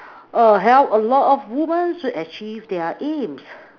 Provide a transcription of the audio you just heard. err help a lot of women to achieve their aims